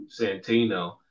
Santino